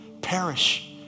perish